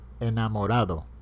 Enamorado